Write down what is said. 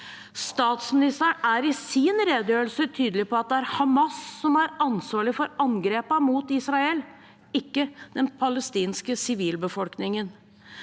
Statsministeren er i sin redegjørelse tydelig på at det er Hamas som har ansvaret for angrepene mot Israel, ikke den palestinske sivilbefolkningen.